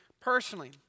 personally